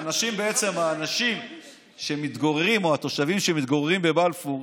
שהאנשים או התושבים שמתגוררים בבלפור,